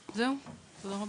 זהו, תודה רבה.